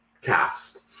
cast